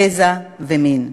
גזע ומין.